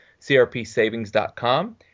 crpsavings.com